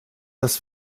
dass